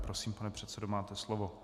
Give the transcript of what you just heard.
Prosím, pane předsedo, máte slovo.